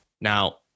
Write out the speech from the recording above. now